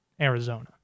Arizona